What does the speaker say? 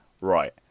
right